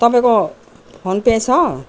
तपाईँको PhonePe छ